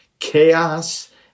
chaos